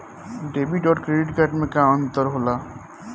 Debit और credit card मे अंतर का होला?